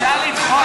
אנחנו עוברים